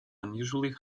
unusually